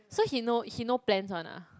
so he no he no plans [one] ah